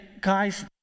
guys